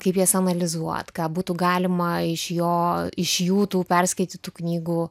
kaip jas analizuot ką būtų galima iš jo iš jų tų perskaitytų knygų